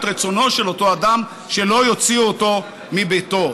רצונו של אותו אדם שלא יוציאו אותו מביתו.